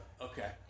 Okay